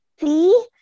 See